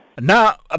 Now